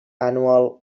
annual